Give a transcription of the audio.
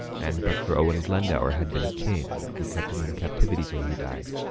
and but for owen glendour, had beene king who kept him in captiuitie, till he dyed.